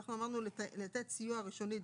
איפה שאנחנו אמרנו "לתת סיוע ראשוני דחוף,